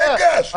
לא, אני לא מוכן.